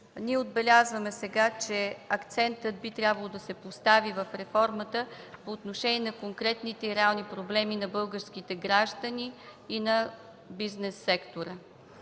ние отбелязваме сега, че акцентът в реформата би трябвало да се постави по отношение на конкретните и реални проблеми на българските граждани и на бизнес сектора.